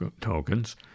tokens